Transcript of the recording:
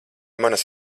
manas